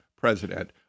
president